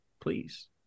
please